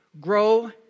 grow